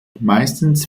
meistens